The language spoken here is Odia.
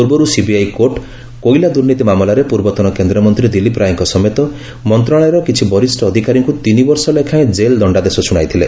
ପୂର୍ବରୁ ସିବିଆଇ କୋର୍ଟ କୋଇଲା ଦୁର୍ନୀତି ମାମଲାରେ ପୂର୍ବତନ କେନ୍ଦ୍ରମନ୍ତୀ ଦିଲ୍ଲୀପ ରାୟଙ୍କ ସମେତ ମନ୍ତଶାଳୟର କିଛି ବରିଷ୍ ଅଧିକାରୀଙ୍କୁ ତିନିବର୍ଷ ଲେଖାଏଁ ଜେଲଦଶ୍ତାଦେଶ ଶ୍ରଶାଇଥିଲେ